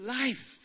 life